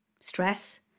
Stress